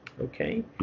Okay